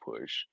push